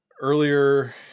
Earlier